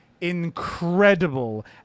incredible